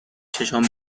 چشام